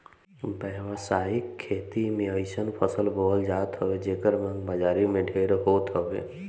व्यावसायिक खेती में अइसन फसल बोअल जात हवे जेकर मांग बाजारी में ढेर होत हवे